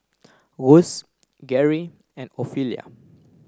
Garry and Ophelia